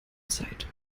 zeit